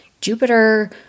Jupiter